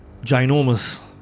ginormous